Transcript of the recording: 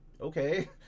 okay